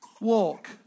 walk